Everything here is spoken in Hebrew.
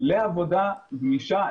לעבודה גמישה,